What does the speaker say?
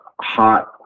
hot